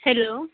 hello